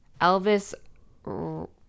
Elvis